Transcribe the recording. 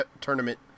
tournament